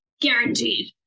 guaranteed